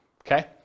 Okay